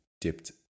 dipped